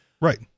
Right